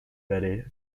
betty